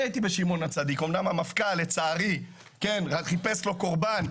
אומנם המפכ"ל לצערי חיפש לו קורבן,